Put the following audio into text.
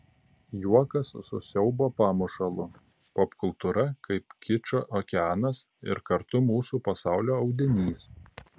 juokas su siaubo pamušalu popkultūra kaip kičo okeanas ir kartu mūsų pasaulio audinys